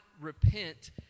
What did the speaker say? repent